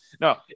no